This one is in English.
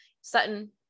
Sutton